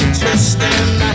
twisting